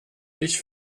ich